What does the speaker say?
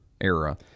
era